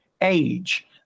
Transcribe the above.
age